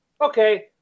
Okay